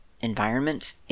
environment